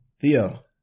theo